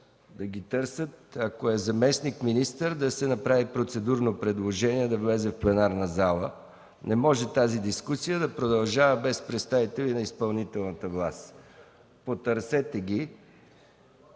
да ги търсят. Ако е заместник-министър, да се направи процедурно предложение да влезе в пленарната зала. Не може тази дискусия да продължава без представители на изпълнителната власт. Потърсете ги,